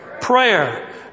Prayer